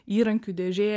įrankių dėžė